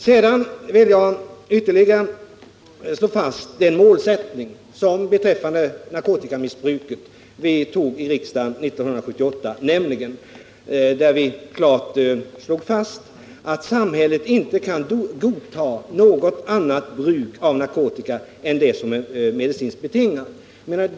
Sedan vill jag ytterligare slå fast den målsättning beträffande narkotikamissbruket som riksdagen antog 1978, då vi klart slog fast att samhället inte kan godta något annat bruk av narkotika än det som är medicinskt betingat.